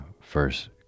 first